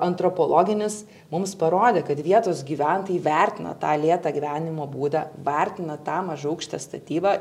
antropologinis mums parodė kad vietos gyventojai vertina tą lėtą gyvenimo būdą vertina tą mažaaukštę statybą